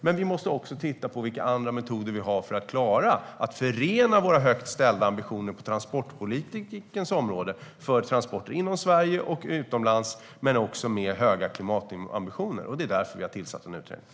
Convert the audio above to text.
Men vi måste också titta på vilka andra metoder vi har för att klara att förena våra högt ställda ambitioner på transportpolitikens område för transporter inom Sverige och utomlands med höga klimatambitioner. Det är därför vi har tillsatt en utredning.